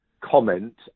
comment